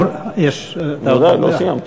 יש, עוד לא סיימתי.